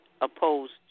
opposed